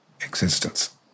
existence